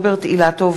הנני מתכבדת להודיעכם,